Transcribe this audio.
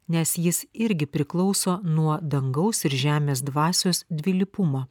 nes jis irgi priklauso nuo dangaus ir žemės dvasios dvilypumo